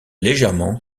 légèrement